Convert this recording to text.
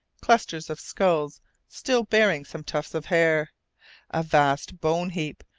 clusters of skulls still bearing some tufts of hair a vast bone heap,